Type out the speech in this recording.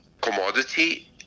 commodity